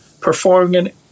performing